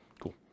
Cool